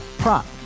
prop